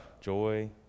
Joy